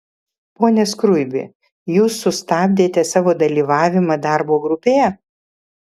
pone skruibi jūs sustabdėte savo dalyvavimą darbo grupėje